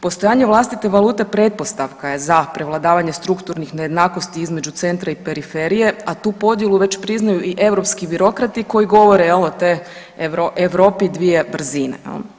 Postojanje vlastite valute pretpostavka je za prevladavanje strukturnih nejednakosti između centra i periferije, a tu podjelu već priznaju i europski birokrati koji govore jel o te Europi dvije brzine jel.